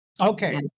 Okay